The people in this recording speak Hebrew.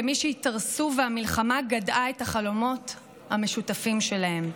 למי שהתארסו והמלחמה גדעה את החלומות המשותפים שלהם.